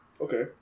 Okay